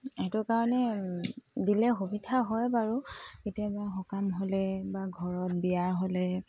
সেইটো কাৰণে দিলে সুবিধা হয় বাৰু কেতিয়াবা সকাম হ'লে বা ঘৰত বিয়া হ'লে